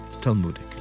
Talmudic